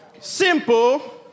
Simple